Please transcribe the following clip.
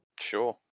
Sure